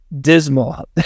dismal